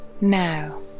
now